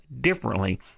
differently